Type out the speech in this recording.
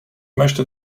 möchte